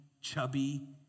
chubby